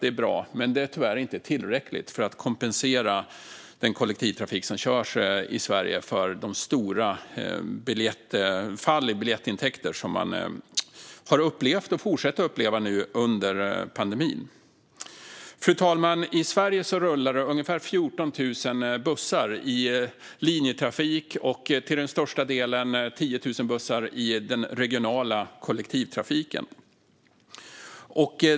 Det är bra, men det är tyvärr inte tillräckligt för att kompensera den kollektivtrafik som körs i Sverige för de stora fall i biljettintäkter som man har upplevt och fortsätter att uppleva under pandemin. Fru talman! I Sverige rullar det ungefär 14 000 bussar i linjetrafik, till största delen - 10 000 bussar - i den regionala kollektivtrafiken.